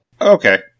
Okay